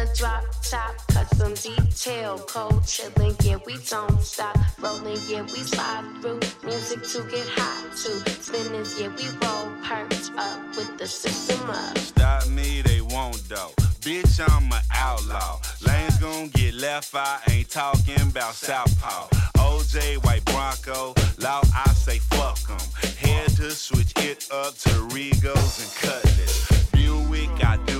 Drop top, custom detail, culture link, yeah, we don't stop rolling, yeah, we slide through music to get high to spin this, yeah, we roll perch up with the system up. Stop me, they won't though. Bitch, I'm a outlaw. Lanes gonna get left, I ain't talking about South Paul. OJ White Bronco, law, I say fuck 'em. Had to switch it up to Regals and Cutlass. Buick, I